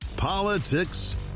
Politics